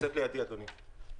היא נמצאת לידי, אדוני.